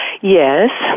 Yes